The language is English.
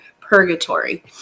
purgatory